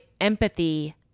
empathy